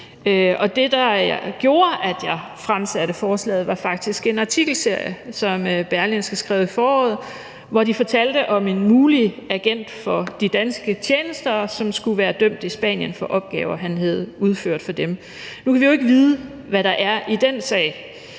Det, der gjorde, at jeg fremsatte forslaget, var faktisk en artikelserie, som der var i Berlingske i foråret, hvor der blev fortalt om en mulig agent for de danske tjenester, som skulle være dømt i Spanien for opgaver, han skulle have udført for dem. Nu kan vi jo ikke vide, hvad der er i den sag,